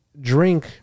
drink